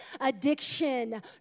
Addiction